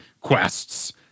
quests